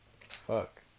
Fuck